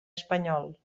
espanyol